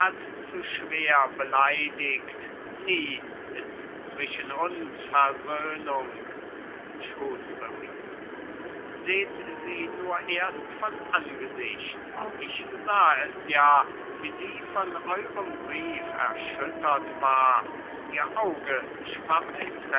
zu schwer beleidgt nie ist zwischen uns versöhnung shrewsbury seht sie nur erst von angesicht ich sah es ja wie sie von eurem brief erschüttert war ihr auge schwamm